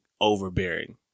overbearing